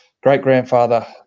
great-grandfather